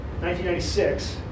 1996